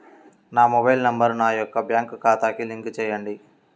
నా mobile number నా యొక్క బ్యాంక్ ఖాతాకి లింక్ చేయండీ?